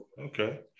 okay